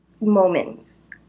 moments